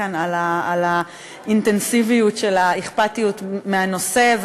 כאן על האינטנסיביות והאכפתיות לנושא,